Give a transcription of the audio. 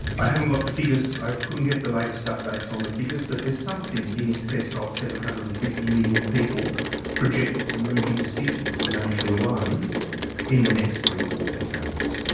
i haven't got the figures. i couldn't get the latest updates on the figures, but there's something in excess of seven hundred and fifty million people projected to move into cities in asia alone in the next three or four decades.